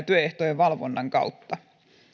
työehtojen valvonnan kautta